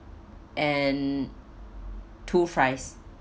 and two fries